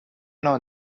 know